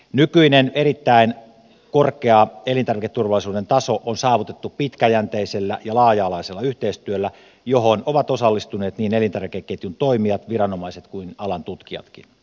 nykyinen erittäin korkea elintarviketurvallisuuden taso on saavutettu pitkäjänteisellä ja laaja alaisella yhteistyöllä johon ovat osallistuneet niin elintarvikeketjun toimijat viranomaiset kuin alan tutkijatkin